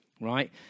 Right